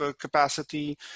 capacity